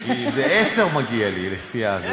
כי מגיע לי עשר.